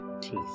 teeth